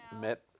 met